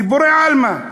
דיבורים בעלמא,